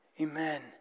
Amen